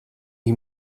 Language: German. nie